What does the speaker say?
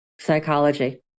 psychology